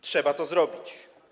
Trzeba to zrobić.